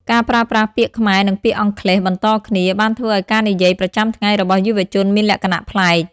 ការប្រើប្រាស់ពាក្យខ្មែរនិងពាក្យអង់គ្លេសបន្តគ្នាបានធ្វើឱ្យការនិយាយប្រចាំថ្ងៃរបស់យុវជនមានលក្ខណៈប្លែក។